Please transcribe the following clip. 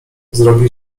zrobi